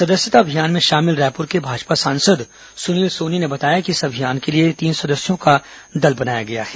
सदस्यता अभियान में शामिल रायपुर के भाजपा सांसद सुनील सोनी ने बताया कि इस अभियान के लिए तीन सदस्यों का दल बनाया गया है